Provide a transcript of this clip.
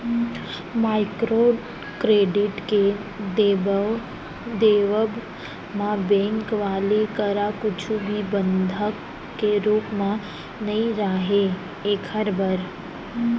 micro credit के देवब म बेंक वाले करा कुछु भी बंधक के रुप म नइ राहय ऐखर बर